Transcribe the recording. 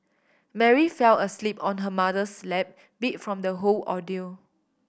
Mary fell asleep on her mother's lap beat from the whole ordeal